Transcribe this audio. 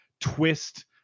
twist